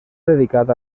dedicat